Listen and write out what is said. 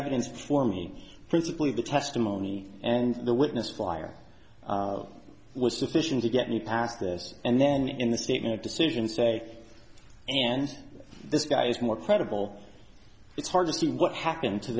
evidence for me principally the testimony and the witness flyer was sufficient to get me past this and then in the statement of decision say and this guy is more credible it's hard to see what happened to